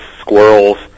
squirrels